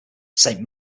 saint